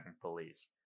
police